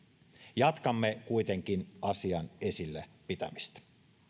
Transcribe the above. jatkamme kuitenkin asian esillä pitämistä